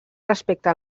respecte